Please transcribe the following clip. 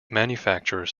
manufactures